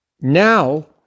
now